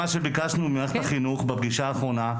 שביקשנו ממערכת החינוך בפגישה האחרונה,